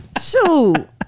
shoot